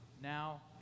now